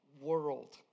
world